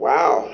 Wow